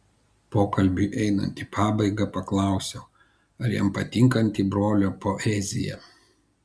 pokalbiui einant į pabaigą paklausiau ar jam patinkanti brolio poezija